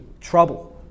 trouble